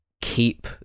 keep